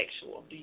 sexual